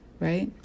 right